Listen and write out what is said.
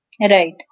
Right